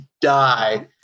die